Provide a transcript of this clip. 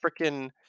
freaking